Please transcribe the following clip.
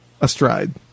astride